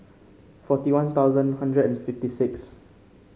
forty One Thousand One Hundred and fifty six